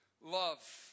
love